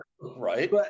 Right